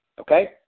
okay